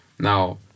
Now